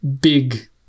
big